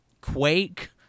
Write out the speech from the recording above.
Quake